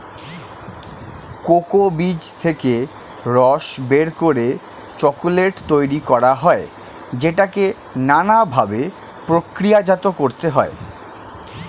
cocoa বীজ থেকে রস বের করে চকোলেট তৈরি করা হয় যেটাকে নানা ভাবে প্রক্রিয়াজাত করতে হয়